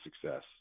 success